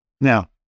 Now